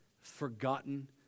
forgotten